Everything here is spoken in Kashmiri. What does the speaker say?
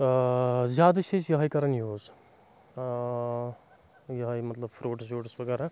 اۭں زیادٕ چھِ أسۍ یِہٕے کران یوٗز اۭں یِہوے مطلب فروٗٹٕس ووٗٹٕس وغیرہ